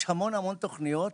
יש המון המון תוכניות,